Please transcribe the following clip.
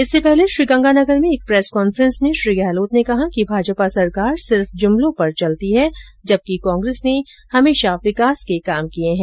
इससे पहले श्री गंगानगर में एक प्रेस कांफ्रेंस में श्री गहलोत ने कहा कि भाजपा सरकार सिर्फ जुमलों पर चलती है जबकि कांग्रेस ने हमेशा विकास के काम किए हैं